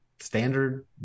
standard